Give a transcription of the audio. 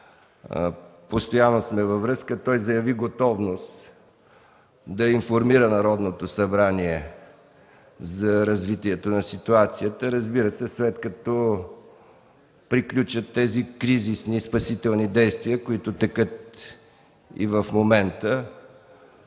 постоянно сме във връзка. Той заяви готовност да информира Народното събрание за развитието на ситуацията, разбира се, след като приключат кризисните спасителни действия, които текат и в момента.